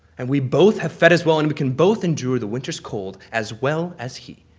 and we both have fed as well and we can both endure the winter's cold as well as he.